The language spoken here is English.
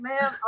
man